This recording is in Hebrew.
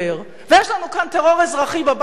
ויש לנו כאן טרור אזרחי בבית פנימה,